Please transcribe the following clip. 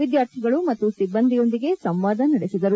ವಿದ್ವಾರ್ಥಿಗಳು ಮತ್ತು ಸಿಬ್ಲಂದಿಯೊಂದಿಗೆ ಸಂವಾದ ನಡೆಸಿದರು